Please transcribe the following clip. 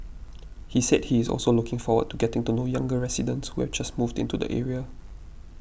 he said he is also looking forward to getting to know younger residents who have just moved into the area